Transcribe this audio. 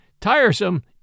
tiresome